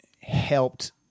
helped